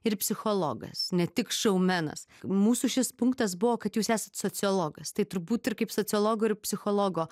ir psichologas ne tik šoumenas mūsų šis punktas buvo kad jūs esat sociologas tai turbūt ir kaip sociologo ir psichologo